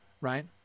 right